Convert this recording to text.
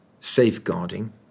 safeguarding